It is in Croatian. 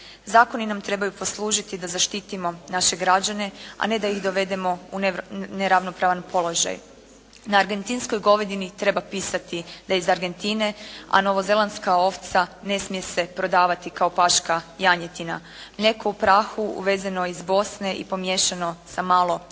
Zakoni nam trebaju poslužiti da zaštitimo naše građane, a ne da ih dovedemo u neravnopravan položaj. Na argentinskoj govedini da je iz Argentine, a novozelandska ovca ne smije se prodavati kao Paška janjetina. Mlijeko u prahu uvezeno iz Bosne i pomiješano sa malo